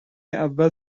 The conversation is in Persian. اول